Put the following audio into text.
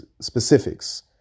specifics